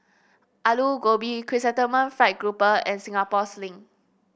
Aloo Gobi Chrysanthemum Fried Grouper and Singapore Sling